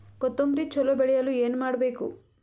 ಕೊತೊಂಬ್ರಿ ಚಲೋ ಬೆಳೆಯಲು ಏನ್ ಮಾಡ್ಬೇಕು?